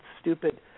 stupid